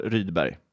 Rydberg